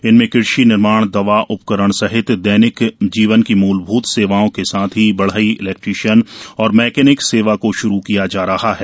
इनमें कृषि निर्माण दवा उपकरण सहित दैनिक जीवन की मूलभूत सेवाओं के साथ ही बढ़ई इलेक्ट्रीशियन और मैकेनिक सेवा को शुरू किया जा रहा है